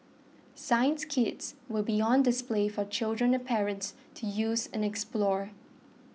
science kits will be on display for children and parents to use and explore